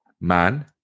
Man